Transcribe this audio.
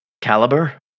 caliber